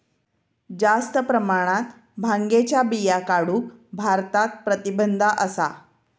जास्त प्रमाणात भांगेच्या बिया काढूक भारतात प्रतिबंध असा